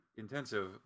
Intensive